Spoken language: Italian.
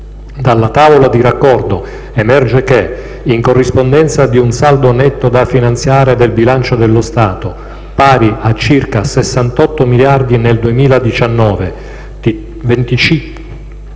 dalla tavola di raccordo emerge che, in corrispondenza di un saldo netto da finanziare del bilancio dello Stato, pari a circa 68 miliardi nel 2019, 55 miliardi